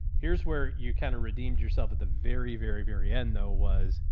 here's where you kind of redeemed yourself at the very, very, very end though was,